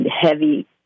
heavy